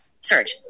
Search